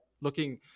looking